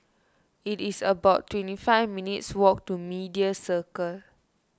it is about twenty five minutes' walk to Media Circle